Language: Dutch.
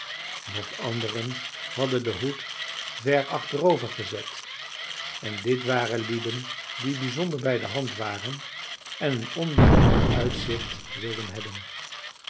nog anderen hadden den hoed ver achterover gezet en dit waren lieden die bijzonder bijdehand waren en een onbelemmerd uitzicht wilden hebben